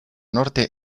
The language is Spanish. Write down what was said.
norte